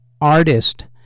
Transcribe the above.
artist